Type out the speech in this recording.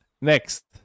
next